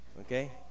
Okay